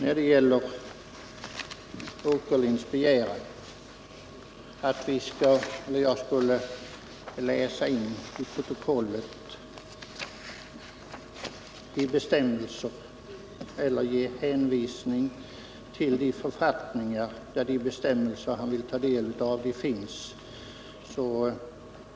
Allan Åkerlind vill att jag skall läsa in till protokollet eller ge hänvisning till författningar där de bestämmelser finns som han vill ta del av.